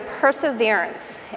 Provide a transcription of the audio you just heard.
perseverance